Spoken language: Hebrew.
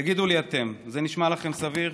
תגידו לי אתם, זה נשמע לכם זמן סביר?